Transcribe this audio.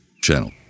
channel